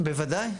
בוודאי.